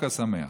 חנוכה שמח.